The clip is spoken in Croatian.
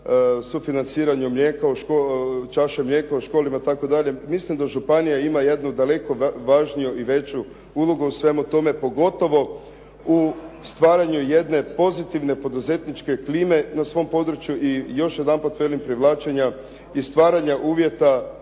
sufinanciranju čaše mlijeka u školi itd. Mislim da županija ima jednu daleko važniju i veću ulogu u svemu tome pogotovo u stvaranju jedne pozitivne poduzetničke klime na svom području i još jedanput velim privlačenja i stvaranja uvjeta